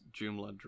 Joomla